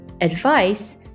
advice